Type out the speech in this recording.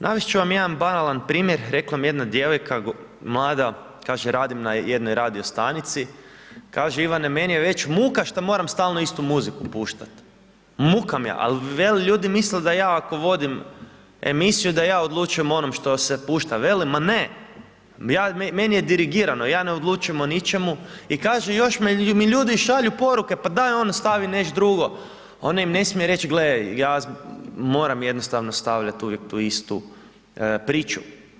Navest ću vam jedan banalan primjer, rekla mi jedna djevojka mlada, kaže radim na jednoj radio stanici, kaže Ivane meni je već muka što moram stalno istu muziku puštat, muka mi je, ali veli ljudi misle da ja ako vodim emisiju da ja odlučujem o onom što se pušta, veli ma ne, ja, meni je dirigirano, ja ne odlučujem o ničemu i kaže još mi ljudi i šalju poruke pa daj ono stavi nešto drugo, ona im ne smije reći gle ja moram jednostavno stavljat uvijek tu istu priču.